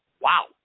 Wow